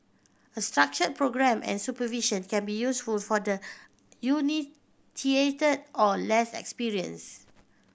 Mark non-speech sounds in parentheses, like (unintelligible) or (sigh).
a structured programme and supervision can be useful for the (unintelligible) or less experienced